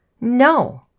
no